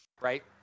right